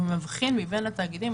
מבחין מבין התאגידים,